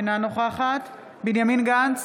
נגד בנימין גנץ,